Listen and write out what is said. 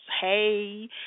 Hey